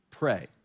pray